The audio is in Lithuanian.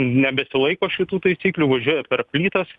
nebesilaiko šitų taisyklių važiuoja per plytas